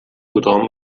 tothom